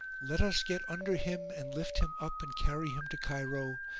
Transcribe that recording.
let us get under him and lift him up and carry him to cairo,